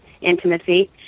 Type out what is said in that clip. intimacy